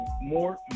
more